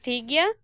ᱴᱷᱤᱠ ᱜᱮᱭᱟ